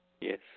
Yes